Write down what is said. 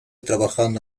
trabajando